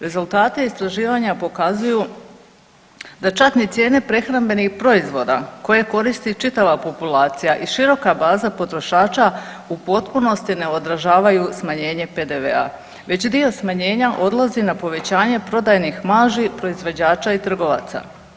Rezultati istraživanja pokazuju da čak ni cijene prehrambenih proizvoda koje koristi čitava populacija i široka baza potrošača u potpunosti ne odražavaju smanjenje PDV-a, već dio smanjenja odlazi na povećanje prodajnih marži proizvođača i trgovaca.